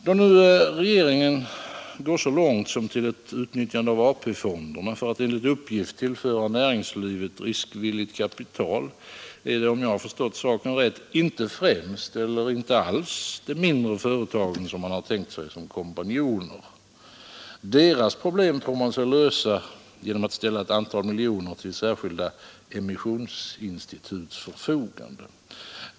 Då nu regeringen går så långt som till ett utnyttjande av AP-fonderna för att enligt uppgift tillföra näringslivet riskvilligt kapital, är det — om jag förstått saken rätt — inte främst eller inte alls de mindre företagen som man tänkt sig som kompanjoner. Deras problem tror man sig lösa genom att ställa ett antal miljoner till särskilda emissionsinstituts förfogande.